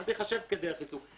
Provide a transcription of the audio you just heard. זה ייחשב כדרך עיסוק.